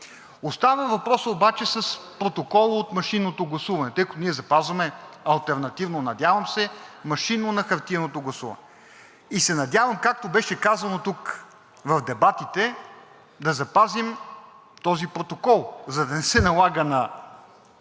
Остава въпросът обаче с протокола от машинното гласуване, тъй като ние запазваме алтернативно, надявам се, машинно на хартиеното гласуване. И се надявам, както беше казано тук в дебатите, да запазим този протокол, за да не се налага на